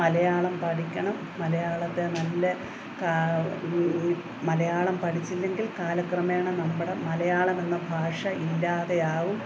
മലയാളം പഠിക്കണം മലയാളത്തെ നല്ല മലയാളം പഠിച്ചില്ലെങ്കിൽ കാലക്രമേണ നമ്മുടെ മലയാളം എന്ന ഭാഷ ഇല്ലാതെയാവും